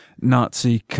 Nazi